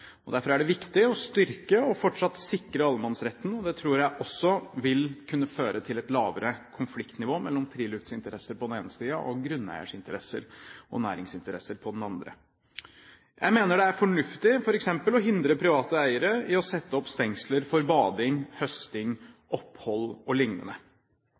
Derfor er det viktig å styrke og fortsatt sikre allemannsretten. Det tror jeg også vil kunne føre til et lavere konfliktnivå mellom friluftsinteresser på den ene siden og grunneieres interesser og næringsinteresser på den andre. Jeg mener det f.eks. er fornuftig å hindre private eiere i å sette opp stengsler for bading,